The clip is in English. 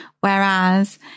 whereas